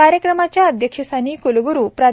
कार्यक्रमाच्या अध्यक्षस्थानी क्लग्रू प्रा